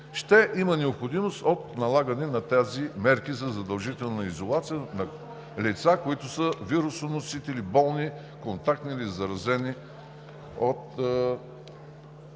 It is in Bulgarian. ще има необходимост от налагане на тези мерки за задължителна изолация на лица, които са вирусоносители, болни, контактни или заразени